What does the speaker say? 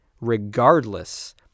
regardless